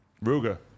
Ruga